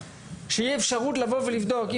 אם קופץ לך עשרה שמות,